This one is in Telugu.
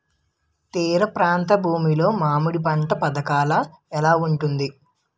తీర ప్రాంత భూమి లో మామిడి పంట పథకాల ఎలా ఉంటుంది?